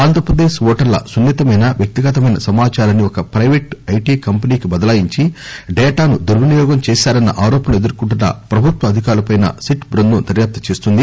ఆంధ్రప్రదేశ్ ఓటర్ల సున్ని తమైన వ్యక్తిగతమైన సమాచారాన్ని ఒక పైవేట్ ఐటి కంపెనీకి బదలాయించి డేటాను దుర్వినియోగం చేశారన్న ఆరోపణలు ఎదుర్కోంటున్న ప్రభుత్వ అధికారులపై సిట్ బృందం దర్యాప్తు చేస్తుంది